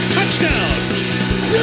Touchdown